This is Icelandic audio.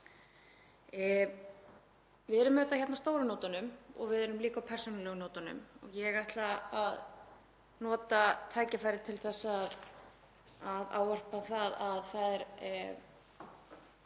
Við erum auðvitað hérna á stóru nótunum og við erum líka á persónulegu nótunum og ég ætla að nota tækifærið til að ávarpa það að það er